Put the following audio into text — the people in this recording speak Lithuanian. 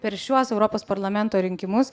per šiuos europos parlamento rinkimus